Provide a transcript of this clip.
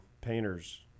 painters